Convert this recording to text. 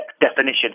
definition